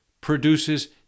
produces